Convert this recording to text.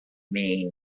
mean